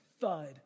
thud